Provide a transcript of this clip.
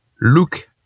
look